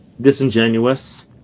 disingenuous